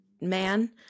man